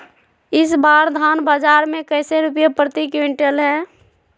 इस बार धान बाजार मे कैसे रुपए प्रति क्विंटल है?